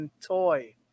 toy